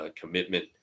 commitment